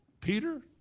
Peter